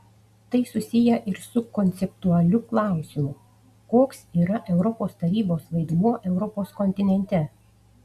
tai susiję ir su konceptualiu klausimu koks yra europos tarybos vaidmuo europos kontinente